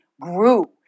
grew